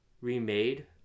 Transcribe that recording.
remade